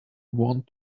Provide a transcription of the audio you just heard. want